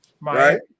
Right